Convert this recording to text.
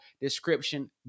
description